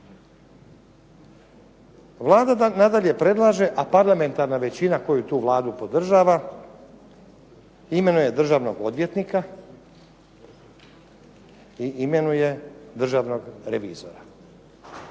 Vlada nadalje predlaže a parlamentarna većina koju tu Vladu podržava imenuje državnog odvjetnika i imenuje državnog revizora.